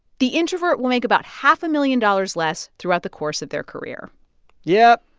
the introvert will make about half a million dollars less throughout the course of their career yeah,